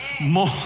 more